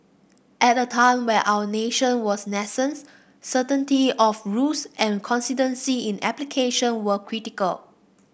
at a time where our nation was nascent certainty of rules and consistency in application were critical